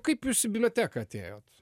kaip jūs į biblioteką atėjot